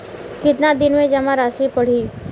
कितना दिन में जमा राशि बढ़ी?